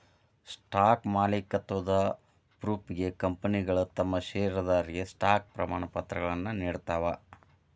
stock ಮಾಲೇಕತ್ವದ ಪ್ರೂಫ್ಗೆ ಕಂಪನಿಗಳ ತಮ್ ಷೇರದಾರರಿಗೆ ಸ್ಟಾಕ್ ಪ್ರಮಾಣಪತ್ರಗಳನ್ನ ನೇಡ್ತಾವ